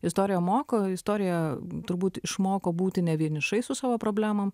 istorija moko istorija turbūt išmoko būti nevienišais su savo problemom